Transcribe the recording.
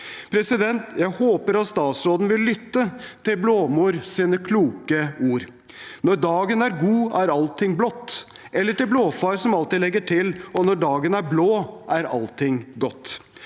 lærere. Jeg håper at statsråden vil lytte til Blåmors kloke ord: Når dagen er god, er allting blått, eller til Blåfar, som alltid legger til: Når dagen er blå, er allting godt.